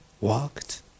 walked